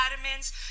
Vitamins